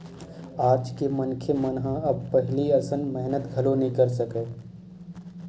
आज के मनखे मन ह अब पहिली असन मेहनत घलो नइ कर सकय